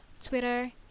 Twitter